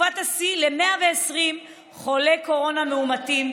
בתקופת השיא ל-120 חולי קורונה מאומתים.